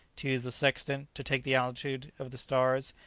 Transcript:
to use the sextant, to take the altitude of the stars,